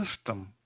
system